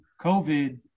COVID